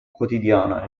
quotidiana